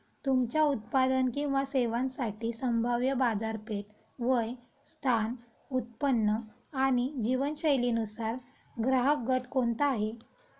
तुमच्या उत्पादन किंवा सेवांसाठी संभाव्य बाजारपेठ, वय, स्थान, उत्पन्न आणि जीवनशैलीनुसार ग्राहकगट कोणता आहे?